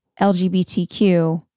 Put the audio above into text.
LGBTQ